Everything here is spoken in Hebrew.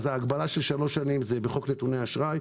ההגבלה של שלוש שנים היא בחוק נתוני אשראי.